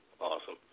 Awesome